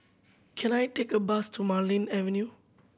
can I take a bus to Marlene Avenue